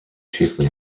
chiefly